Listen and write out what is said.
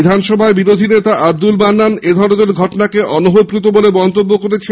বিধানসভার বিরোধী দলনেতা আব্দুল মান্নান এধরনের ঘটনাকে অনভিপ্রেত বলে মন্তব্য করেন